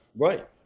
Right